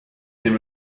him